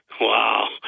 Wow